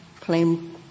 claim